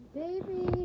baby